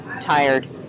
tired